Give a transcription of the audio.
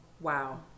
Wow